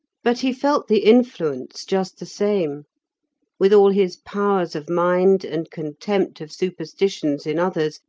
but he felt the influence just the same with all his powers of mind and contempt of superstitions in others,